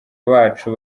bacu